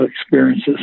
experiences